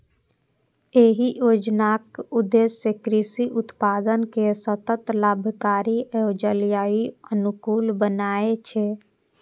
एहि योजनाक उद्देश्य कृषि उत्पादन कें सतत, लाभकारी आ जलवायु अनुकूल बनेनाय छै